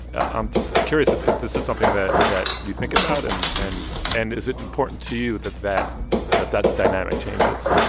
i'm just curious if if this is something that that you think about, and and and is it important to you that that that dynamic changes?